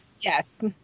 Yes